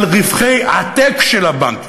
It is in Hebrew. על רווחי עתק של הבנקים.